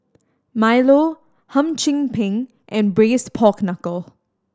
milo Hum Chim Peng and Braised Pork Knuckle